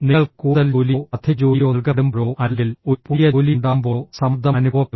നിങ്ങൾക്ക് കൂടുതൽ ജോലിയോ അധിക ജോലിയോ നൽകപ്പെടുമ്പോഴോ അല്ലെങ്കിൽ ഒരു പുതിയ ജോലി ഉണ്ടാകുമ്പോഴോ സമ്മർദ്ദം അനുഭവപ്പെടും